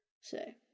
say